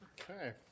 Okay